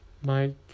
Mike